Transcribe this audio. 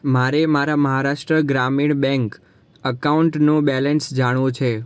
મારે મારા મહારાષ્ટ્ર ગ્રામીણ બેંક અકાઉન્ટનું બેલેન્સ જાણવું છે